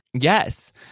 Yes